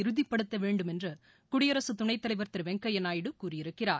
இறுதிப்படுத்த வேண்டும் என்று குடியரசு துணைத்தலைவர் திரு வெங்கையா நாயுடு கூறியிருக்கிறார்